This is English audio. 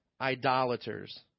idolaters